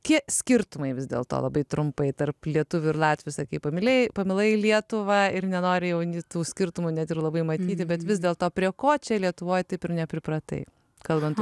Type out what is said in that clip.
tie skirtumai vis dėlto labai trumpai tarp lietuvių ir latvių sakei pamylėjai pamilai lietuvą ir nenori jau nei tų skirtumų net ir labai matyti bet vis dėlto prie ko čia lietuvoj taip ir nepripratai kalbant